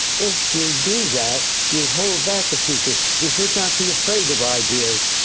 if you do that, you hold back the future, you should not be afraid of ideas.